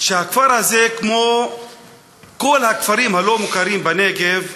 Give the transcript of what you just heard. הכפר הזה, כמו כל הכפרים הלא-מוכרים בנגב,